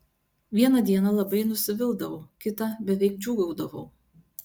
vieną dieną labai nusivildavau kitą beveik džiūgaudavau